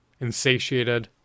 insatiated